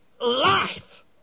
life